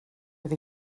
oedd